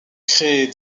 créer